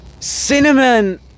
cinnamon